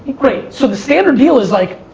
great, so the standard deal is like,